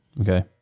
okay